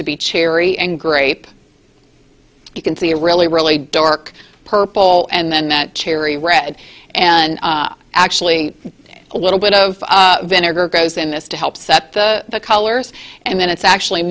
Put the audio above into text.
to be cherry and grape you can see a really really dark purple and then that cherry red and actually a little bit of vinegar goes in this to help set the colors and then it's actually